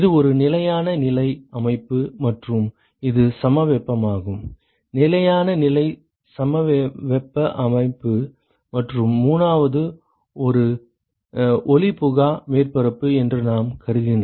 இது ஒரு நிலையான நிலை அமைப்பு மற்றும் இது சமவெப்பமாகும் நிலையான நிலை சமவெப்ப அமைப்பு மற்றும் 3வது ஒரு ஒளிபுகா மேற்பரப்பு என்று நாம் கருதினால்